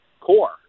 core